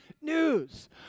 news